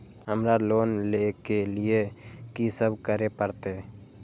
हमरा लोन ले के लिए की सब करे परते?